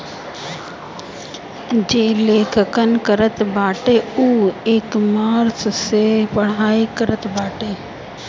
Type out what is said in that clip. जे लेखांकन करत बाटे उ इकामर्स से पढ़ाई करत बाटे